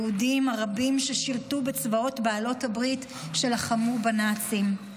היהודים הרבים ששירתו בצבאות בעלות הברית שלחמו בנאצים.